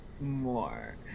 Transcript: more